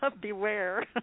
beware